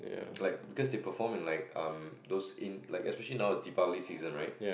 like because they perform in like um those in like especially now is Deepavali season right